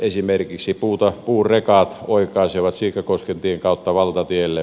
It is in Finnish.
esimerkiksi puurekat oikaisevat siikakoskentien kautta valtatielle